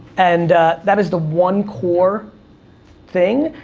and that is the one core thing.